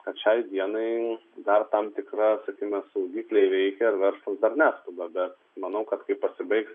kad šiai dienai dar tam tikra sakykime saugikliai veikia ir verslas dar neskuba bet manau kad kai pasibaigs